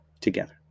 together